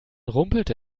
rumpelte